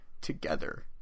together